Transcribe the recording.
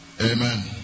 Amen